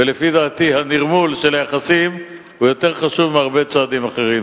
ולפי דעתי נרמול היחסים יותר חשוב מהרבה צעדים אחרים.